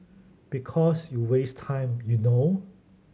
because you waste time you know